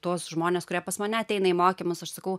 tuos žmones kurie pas mane ateina į mokymus aš sakau